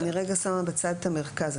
אני רגע שמה בצד את המרכז.